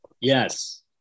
Yes